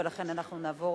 ולכן אנחנו נעבור